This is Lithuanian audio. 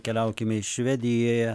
keliaukime į švedijoje